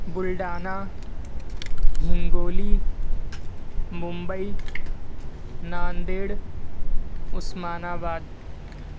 Buldhana Hingoli Mumbai Nanded عثمان آباد